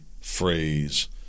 phrase